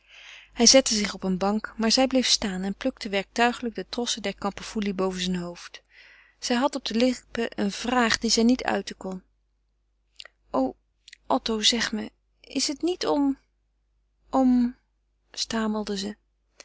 hij zette zich op eene bank maar zij bleef staan en plukte werktuigelijk de trossen der kamperfoelie boven zijn hoofd zij had op de lippen eene vraag die zij niet uiten kon o otto zeg me is het niet om om stamelde ze